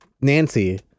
Nancy